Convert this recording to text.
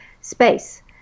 space